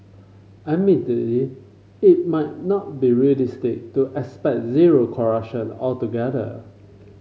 admittedly it might not be realistic to expect zero corruption altogether